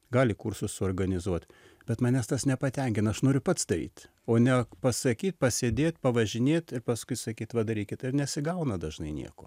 gali kursus suorganizuot bet manęs tas nepatenkina aš noriu pats daryt o ne pasakyt pasėdėt pavažinėt ir paskui sakyt va darykit ir nesigauna dažnai nieko